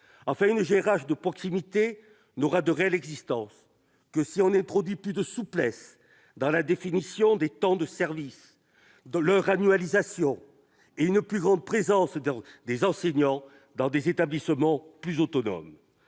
Enfin, une GRH de proximité n'aura de réelle existence que si l'on introduit plus de souplesse dans la définition des temps de service à travers leur annualisation et une plus grande présence des enseignants dans des établissements plus autonomes.